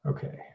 Okay